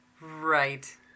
Right